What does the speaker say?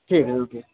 जी hold पर